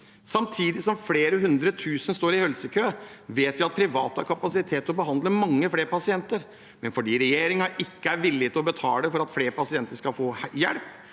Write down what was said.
Samtidig som flere hundre tusen står i helsekø, vet vi at private har kapasitet til å behandle mange flere pasienter, men fordi regjeringen ikke er villig til å betale for at flere pasienter skal få hjelp,